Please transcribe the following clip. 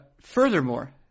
Furthermore